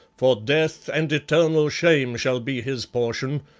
for death and eternal shame shall be his portion,